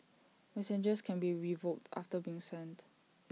messages can be revoked after being sent